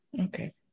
Okay